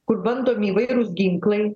kur bandomi įvairūs ginklai